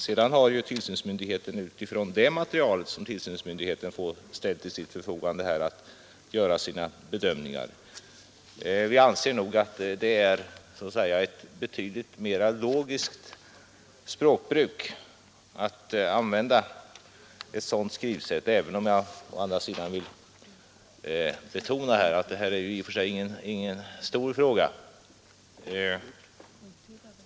Sedan har tillsynsmyndigheten att med utgångspunkt i det material som ställs till myndighetens förfogande göra sina bedömningar. Vi anser att ett sådant språkbruk är betydligt mer logiskt. Jag vill å andra sidan betona att detta inte är någon stor fråga.